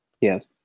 Yes